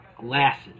glasses